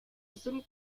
sim